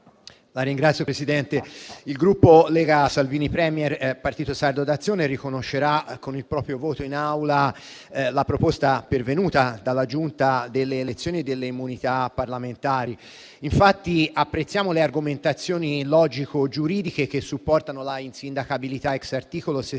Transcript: Signor Presidente, il Gruppo Lega-Salvini Premier-Partito Sardo d'Azione riconoscerà con il proprio voto in Aula la proposta pervenuta dalla Giunta delle elezioni e delle immunità parlamentari. Apprezziamo le argomentazioni logico-giuridiche che supportano l'insindacabilità *ex* articolo 68,